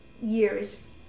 years